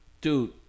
dude